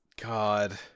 god